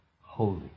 holy